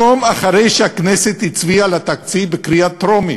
יום אחרי שהכנסת הצביעה על התקציב בקריאה ראשונה